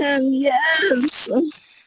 Yes